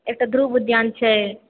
एकटा ध्रुव उद्यान छै